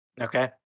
Okay